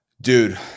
Dude